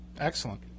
excellent